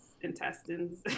intestines